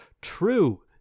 true